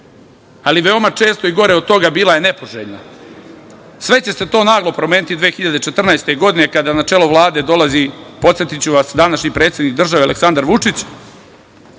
ali veoma često i gore od toga bila je nepoželjna. Sve će se to naglo promeniti 2014. godine kada na čelo Vlade dolazi, podsetiću vas, današnji predsednik države Aleksandar Vučić,